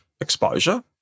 exposure